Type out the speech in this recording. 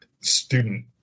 student